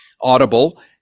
audible